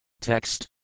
TEXT